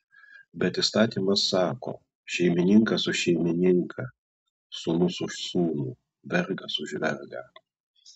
bet įstatymas sako šeimininkas už šeimininką sūnus už sūnų vergas už vergą